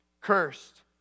cursed